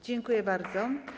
Dziękuję bardzo.